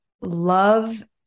love